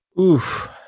Oof